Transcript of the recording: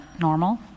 normal